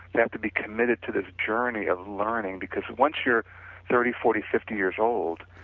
they have to be committed to this journey of learning because once you are thirty, forty, fifty years old,